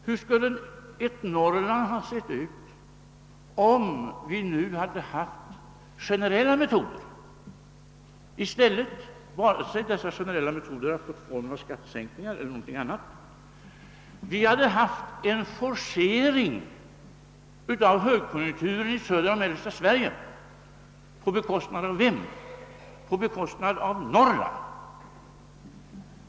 Hur skulle Norrland ha sett ut, om vi i stället hade tilllämpat generella metoder, vare sig dessa generella metoder skulle ha tagit formen av skattesänkningar eller någonting annat? Högkonjunkturen i södra och mellersta Sverige skulle ha forcerats på bekostnad av Norrland.